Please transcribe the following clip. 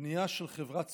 בבנייה של חברה צודקת.